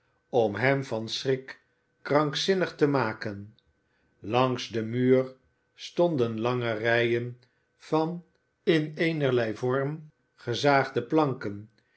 om hem van schrik krankzinnig te maken langs den muur stonden lange rijen van in eenerlei vorm gezaagde planken